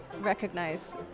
recognize